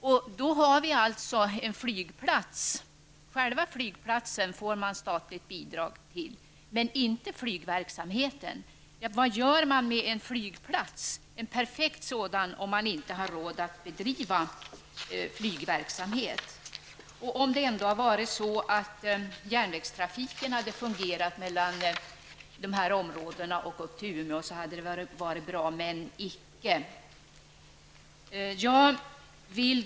Man får då statligt bidrag till själva flygplatsen men inte till flygverksamheten. Vad gör man med en flygplats — en perfekt sådan — om man inte har råd att bedriva flygverksamhet? Om järnvägstrafiken mellan detta område och Umeå hade fungerat, så hade det varit bra. Men så är icke fallet.